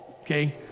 okay